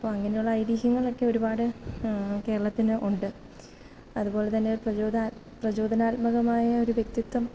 അപ്പോള് അങ്ങനെയുള്ള ഐതിഹ്യങ്ങളൊക്കെ ഒരുപാട് കേരളത്തിന് ഉണ്ട് അതുപോലെ തന്നെ പ്രചോദനാത്മകമായ ഒരു വ്യക്തിത്വം